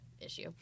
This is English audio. issue